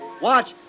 Watch